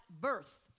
birth